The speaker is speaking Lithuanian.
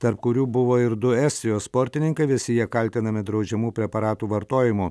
tarp kurių buvo ir du estijos sportininkai visi jie kaltinami draudžiamų preparatų vartojimu